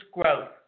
Growth